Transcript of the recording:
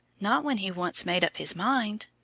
not when he once made up his mind.